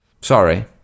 Sorry